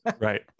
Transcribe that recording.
Right